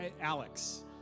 Alex